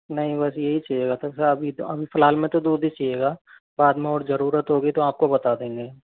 नहीं बस यही चाहिए था तो सर अभी तो अभी फिलहाल में तो दूध चाहिएगा बाद में और जरूरत होगी तो आपको बता देंगे